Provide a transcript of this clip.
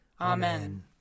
Amen